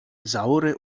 saure